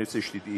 אני רוצה שתדעי,